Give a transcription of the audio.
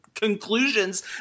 conclusions